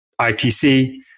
ITC